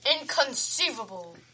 Inconceivable